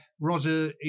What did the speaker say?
Roger